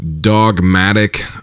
dogmatic